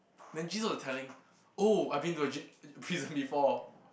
then Jesus was telling oh I've been ji~ to a prison before